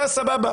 אתה סבבה,